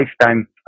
lifetime